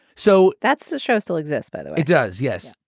so that's the show still exists. but it does. yes.